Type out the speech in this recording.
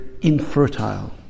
infertile